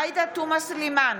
עאידה תומא סלימאן,